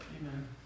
Amen